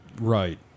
Right